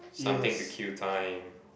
something to kill time